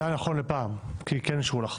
זה היה נכון לפעם, כי כן אישרו לך.